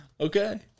Okay